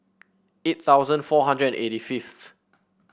eight thousand four hundred and eighty fifth